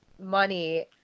money